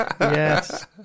yes